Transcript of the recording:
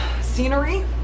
scenery